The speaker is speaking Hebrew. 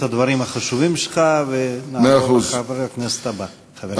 הדברים החשובים שלך ונעבור לחבר הכנסת הבא.